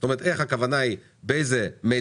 זאת אומרת, איך הכוונה היא באיזו מדיה?